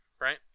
right